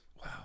Wow